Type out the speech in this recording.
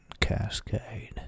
Cascade